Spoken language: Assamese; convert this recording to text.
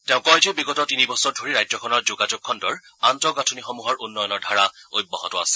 তেওঁ কয় যে বিগত তিনি বছৰ ধৰি ৰাজ্যখনৰ যোগাযোগ খণ্ডৰ আন্তঃগাঁথনিসমূহৰ উন্নয়নৰ ধাৰা অব্যাহত আছে